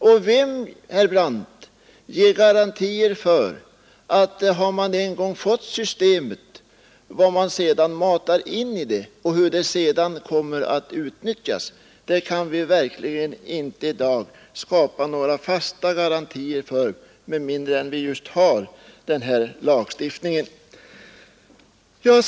Och, herr Brandt, vem ger garantier för vad som matas in i systemet och hur uppgifterna utnyttjas, när vi en gång har infört datametoden? Vi kan inte i dag få några fasta garantier för det, med mindre än vi har en lagstiftning på området.